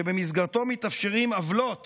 שבמסגרתו מתאפשרות עוולות